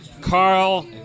Carl